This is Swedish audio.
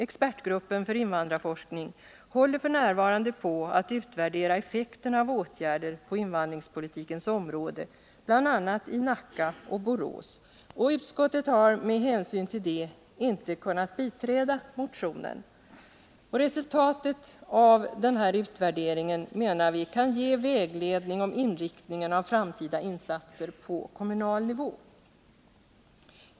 Expertgruppen för invandrarforskning håller f.n. på att utvärdera effekterna av åtgärder på invandringspolitikens område, bl.a. i Nacka och Borås, och utskottet har med hänsyn till det inte kunnat biträda motionsförslaget. Resultatet av denna utvärdering menar vi kan ge vägledning om inriktningen av framtida insatser på kommunal nivå.